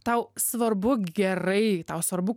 tau svarbu gerai tau svarbu